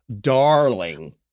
darling